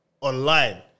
online